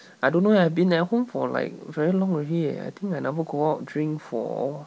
I don't know eh I've been at home for like very long already eh I think I never go out drink for